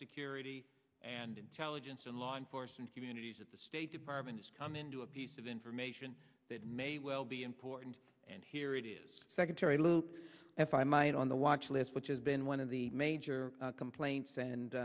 security and intelligence and law enforcement communities of the state department has come in to a piece of information that may well be important and here it is secretary lew if i might on the watch list which has been one of the major complaints and